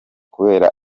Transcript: kubera